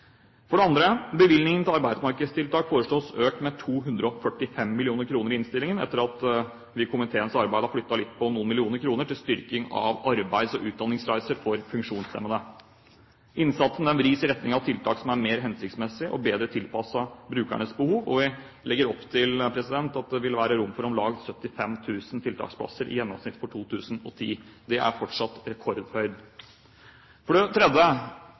For det andre: Bevilgningen til arbeidsmarkedstiltak foreslås økt med 245 mill. kr i innstillingen etter at vi gjennom komiteens arbeid har flyttet litt på noen millioner kroner til styrking av arbeids- og utdanningsreiser for funksjonshemmede. Innsatsen vris i retning av tiltak som er mer hensiktsmessige og bedre tilpasset brukernes behov, og vi legger opp til at det vil være rom for om lag 75 000 tiltaksplasser i gjennomsnitt for 2010. Det er fortsatt rekordhøyt. For det tredje: